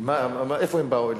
מה, איפה הם באו אליך?